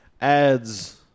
adds